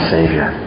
Savior